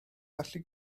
gallu